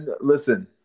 listen